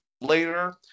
later